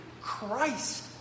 Christ